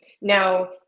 Now